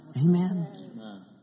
Amen